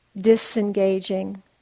disengaging